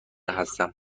هستم